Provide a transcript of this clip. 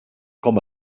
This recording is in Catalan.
com